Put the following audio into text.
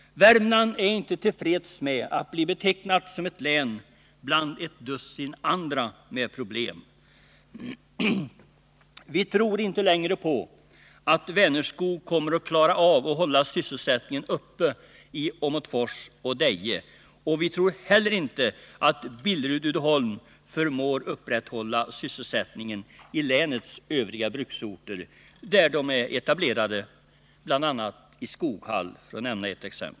Värmland är inte till freds med att bli betecknat som ett län bland ett dussin andra med problem. Vi tror inte längre på att Vänerskog kommer att klara av att hålla sysselsättningen uppe i Åmotfors och Deje, och vi tror heller inte att Billerud-Uddeholm förmår upprätthålla sysselsättningen i länets övriga bruksorter där de är etablerade, bl.a. i Skoghall.